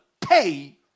pay